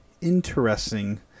interesting